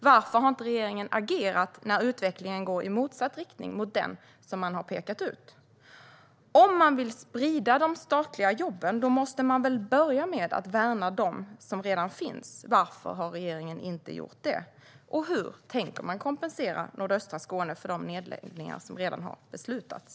Varför har inte regeringen agerat när utvecklingen går i motsatt riktning mot den som man har pekat ut? Om man vill sprida ut de statliga jobben måste man väl börja med att värna de som redan finns? Varför har regeringen inte gjort det? Hur tänker man kompensera nordöstra Skåne för de nedläggningar som redan har beslutats?